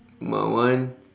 my one